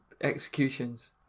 executions